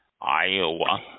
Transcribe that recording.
Iowa